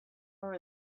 are